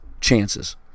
chances